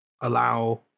allow